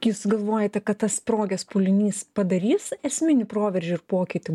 jūs galvojate kad tas sprogęs pūlinys padarys esminį proveržį ir pokytį